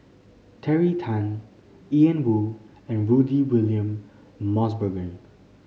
Terry Tan Ian Woo and Rudy William Mosbergen